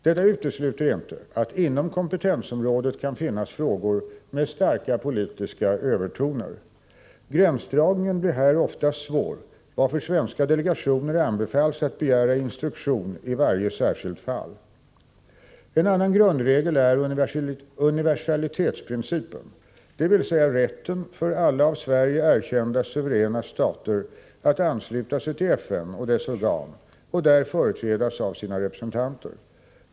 Detta utesluter inte att inom kompetensområdet kan finnas frågor med starka politiska övertoner. Gränsdragningen blir här oftast svår, varför svenska delegationer anbefalls att begära instruktion i varje särskilt fall. En annan grundregel är universalitetsprincipen, dvs. rätten för alla av Sverige erkända suveräna stater att ansluta sig till FN och dess organ och där företrädas av sina representanter.